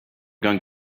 going